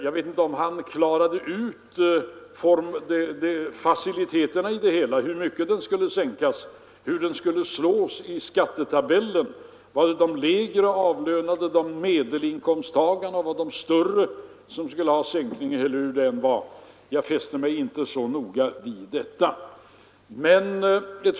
Jag vet inte om han klarade ut faciliteterna i det hela, hur mycket skatten skulle kunna sänkas, hur skattesänkningen skulle slå i skattetabellen och om det var de lägre avlönade, medelinkomsttagarna eller de högre avlönade som skulle få en sänkning. Jag fäster mig inte så noga vid detta.